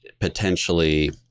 potentially –